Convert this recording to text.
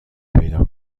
پیدا